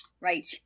Right